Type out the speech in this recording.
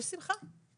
בשמחה.